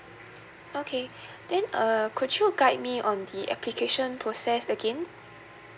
okay then err could you guide me on the application process again